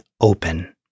open